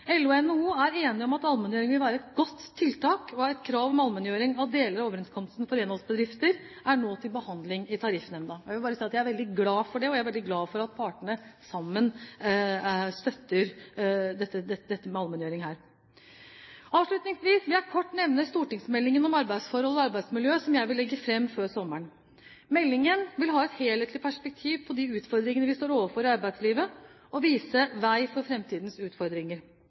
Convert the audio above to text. LO og NHO er enige om at allmenngjøring vil være et godt tiltak, og et krav om allmenngjøring av deler av overenskomsten for renholdsbedrifter er nå til behandling i tariffnemnda. Jeg er veldig glad for det, og jeg er veldig glad for at partene sammen støtter dette med allmenngjøring her. Avslutningsvis vil jeg kort nevne stortingsmeldingen om arbeidsforhold og arbeidsmiljø, som jeg vil legge fram før sommeren. Meldingen vil ha et helhetlig perspektiv på de utfordringene vi står overfor i arbeidslivet, og vise vei for framtidens utfordringer.